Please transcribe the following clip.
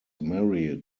married